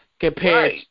compared